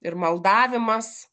ir maldavimas